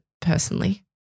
personally